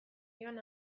joan